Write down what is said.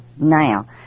now